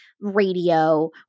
radio